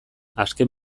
azken